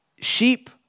sheep